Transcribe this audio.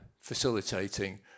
facilitating